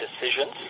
decisions